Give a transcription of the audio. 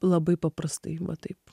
labai paprastai va taip